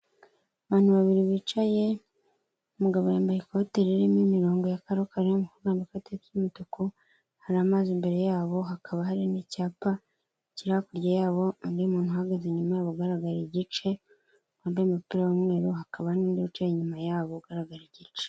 Abantu babiri bicaye umugabo yambaye ikote ririmo imirongo ya Karokaro, umukobwa yambaye ikote ry'umutuku, hari amazi imbere yabo, hakaba hari n'icyapa kiri hakurya yabo, undi muntu uhagaze inyuma yabo ugaragara igice , wambaye umupira w'umweru , hakaba n'undi wicaye inyuma yabo ugaragara igice.